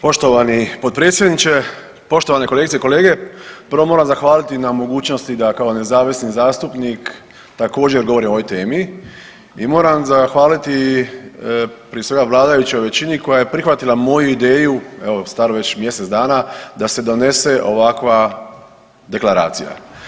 Poštovani potpredsjedniče, poštovane kolegice i kolege prvo moram zahvaliti na mogućnosti da kao nezavisni zastupnik također govorim o ovoj temi i moram zahvaliti prije svega vladajućoj većini koja je prihvatila moju ideju evo staru već mjesec dana da se donese ovakva deklaracija.